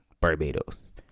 Barbados